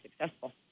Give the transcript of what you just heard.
successful